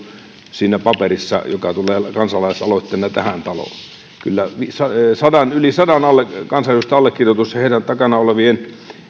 siinä paperissa joka tulee kansalaisaloitteena tähän taloon kyllä yli sadan kansanedustajan allekirjoitus ja heidän takanaan olevien